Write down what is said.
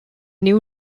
new